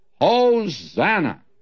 Hosanna